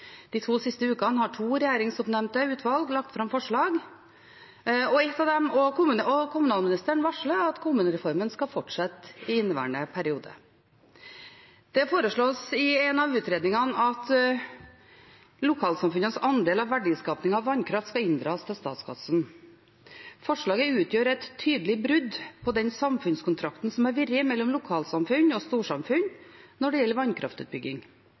De to siste ukene har to regjeringsoppnevnte utvalg lagt fram forslag, og kommunalministeren varsler at kommunereformen skal fortsette i inneværende periode. Det foreslås i en av utredningene at lokalsamfunnenes andel av verdiskaping av vannkraft skal inndras til statskassen. Forslaget utgjør et tydelig brudd på den samfunnskontrakten som har vært mellom lokalsamfunn og storsamfunn når det gjelder vannkraftutbygging.